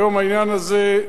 היום העניין הזה,